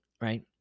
right